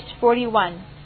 41